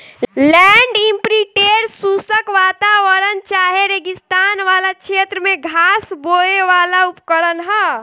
land imprinter शुष्क वातावरण चाहे रेगिस्तान वाला क्षेत्र में घास बोवेवाला उपकरण ह